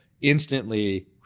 instantly